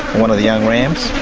one of the young rams